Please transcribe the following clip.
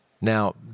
Now